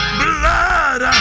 blood